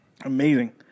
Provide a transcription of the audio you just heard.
Amazing